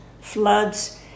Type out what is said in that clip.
floods